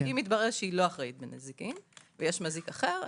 אם יתברר שהיא לא אחראית בנזיקין ויש מזיק אחר,